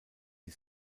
die